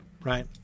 right